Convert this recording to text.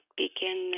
begin